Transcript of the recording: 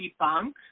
debunk